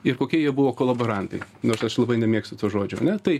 ir kokie jie buvo kolaborantai nors aš labai nemėgstu to žodžio ane tai